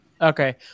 okay